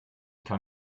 kann